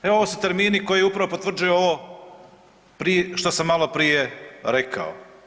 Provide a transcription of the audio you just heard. Evo ovo su termini koji upravo potvrđuju ovo što sam malo prije rekao.